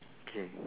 okay